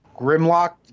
Grimlock